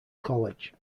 college